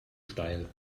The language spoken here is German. steil